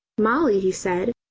molly, he said,